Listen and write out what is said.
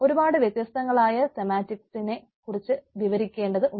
ഒരുപാട് വ്യത്യസ്തങ്ങളായ സെമാറ്റിക്സിനെ കുറിച്ച് വിവരിക്കേണ്ടത് ഉണ്ട്